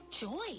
joy